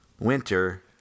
winter